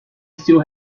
still